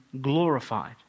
glorified